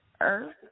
Earth